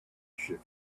shift